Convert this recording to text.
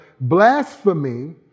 blasphemy